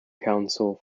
council